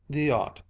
the yacht,